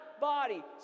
body